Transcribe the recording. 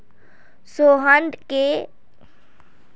Sohan day trading करवा चाह्चे